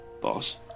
Boss